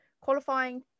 Qualifying